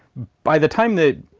by the time that.